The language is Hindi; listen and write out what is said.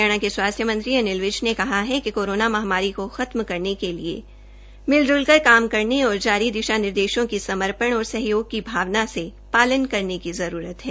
हरियाणा के स्वास्थ्य मंत्री अनिल विज ने कहा है कि कोरोना महामारी को खत्म करने के लरि मिलजुलकर काम करने और जारी दिशा निर्देशों की सम्पर्ण और सहयोग की भावना से पालन करने की जरूरत है